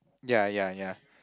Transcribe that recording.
ya ya ya